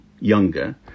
younger